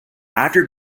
after